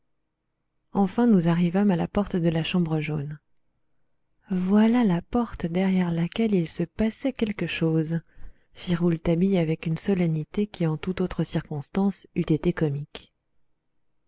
enfin nous arrivâmes à la porte de la chambre jaune voilà la porte derrière laquelle il se passait quelque chose fit rouletabille avec une solennité qui en toute autre circonstance eût été comique